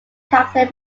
character